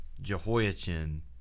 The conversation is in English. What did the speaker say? Jehoiachin